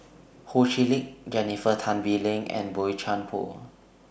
Ho Chee Lick Jennifer Tan Bee Leng and Boey Chuan Poh